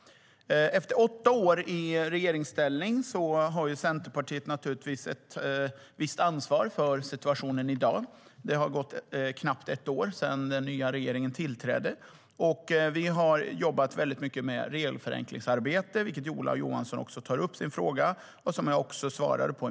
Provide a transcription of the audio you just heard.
Efter åtta år i regeringsställning har Centerpartiet naturligtvis ett visst ansvar för situationen i dag. Det har gått knappt ett år sedan den nya regeringen tillträdde. Vi har jobbat mycket med regelförenklingsarbete, vilket Ola Johansson tar upp i den fråga som jag svarade på.